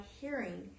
hearing